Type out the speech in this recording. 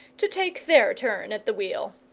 to take their turn at the wheel.